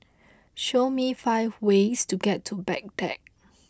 show me five ways to get to Baghdad